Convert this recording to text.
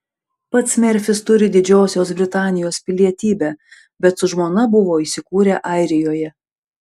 pats merfis turi didžiosios britanijos pilietybę bet su žmona buvo įsikūrę airijoje